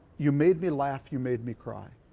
you made me laugh, you made me cry.